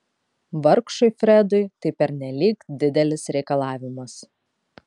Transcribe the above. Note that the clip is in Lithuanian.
vargšui fredui tai pernelyg didelis reikalavimas